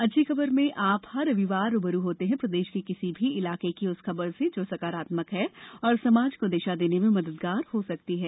अच्छी खबर में आप हर रविवार रू ब रू होते हैं प्रदेश के किसी भी इलाके की उस खबर से जो सकारात्मक है और समाज को दिशा देने में मददगार हो सकती है